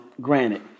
Granted